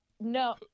No